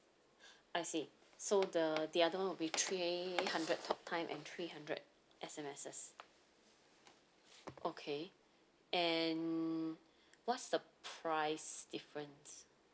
I see so the the other one will be three hundred talk time and three hundred S_M_Ses okay and what's the price difference